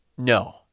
No